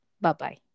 Bye-bye